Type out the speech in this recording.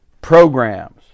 programs